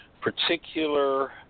particular